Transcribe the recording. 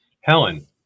Helen